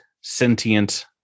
sentient